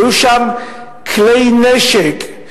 שהיו שם כלי נשק,